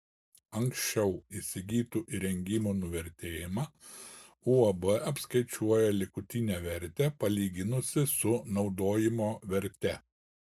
anksčiau įsigytų įrengimų nuvertėjimą uab apskaičiuoja likutinę vertę palyginusi su naudojimo verte